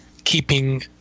keeping